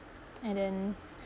and then